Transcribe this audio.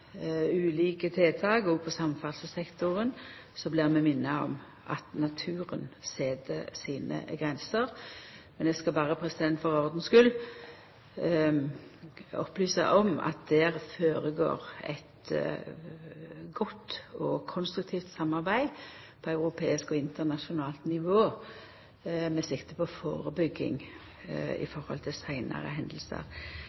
at naturen set sine grenser. Men eg skal berre for ordens skuld opplysa om at det føregår eit godt og konstruktivt samarbeid på europeisk og internasjonalt nivå med sikte på førebygging knytt til seinare hendingar Når det gjeld konfliktar i